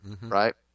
right